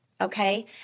okay